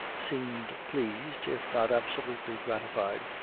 seemed pleased, if not absolutely gratified,